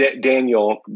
Daniel